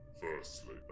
firstly